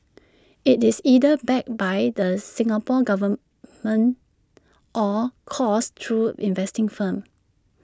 IT is either backed by the Singapore Government or coursed through investing firms